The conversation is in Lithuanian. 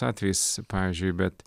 atvejis pavyzdžiui bet